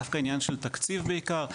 דווקא עניין של תקציב בעיקר,